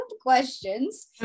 questions